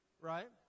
Right